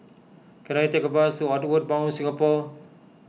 can I take a bus to Outward Bound Singapore